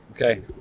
Okay